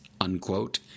unquote